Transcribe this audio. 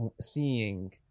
seeing